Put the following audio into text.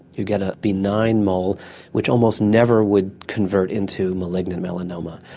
you get a benign mole which almost never would convert into malignant melanoma.